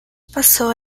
pasó